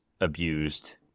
abused